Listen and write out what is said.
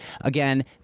Again